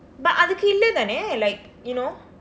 but அதுக்கு இல்ல தானே:athukku illa thaanee like you know